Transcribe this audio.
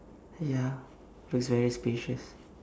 ya feels very spacious